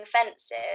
offensive